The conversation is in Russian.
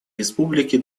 республике